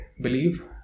Believe